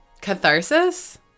Catharsis